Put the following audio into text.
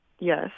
Yes